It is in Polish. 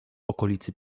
okolicy